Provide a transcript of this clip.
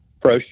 pro